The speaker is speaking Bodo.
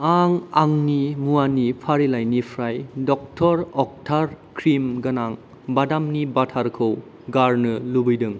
आं आंनि मुवानि फारिलाइनिफ्राय ड'क्टर अत्कार क्रिम गोनां बादामनि बाटारखौ गारनो लुबैदों